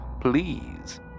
please